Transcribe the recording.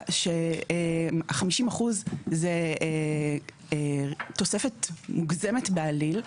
על כך ש-50% הם תוספת מוגזמת בעליל.